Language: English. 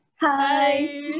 Hi